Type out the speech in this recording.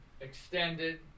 extended